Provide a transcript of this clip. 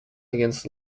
against